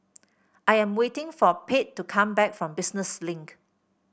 I am waiting for Pate to come back from Business Link